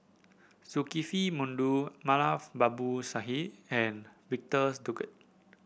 Zulkifli Baharudin Moulavi Babu Sahib and Victor Doggett